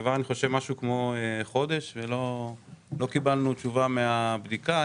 עבר משהו כמו חודש ולא קיבלנו תשובה לאחר בדיקה.